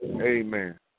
Amen